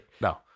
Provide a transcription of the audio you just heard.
No